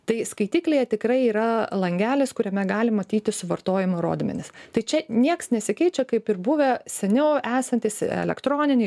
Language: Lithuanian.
tai skaitiklyje tikrai yra langelis kuriame gali matyti suvartojimo rodmenis tai čia nieks nesikeičia kaip ir buvę seniau esantys elektroniniai